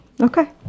Okay